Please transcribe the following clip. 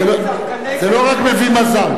זה לא רק מביא מזל,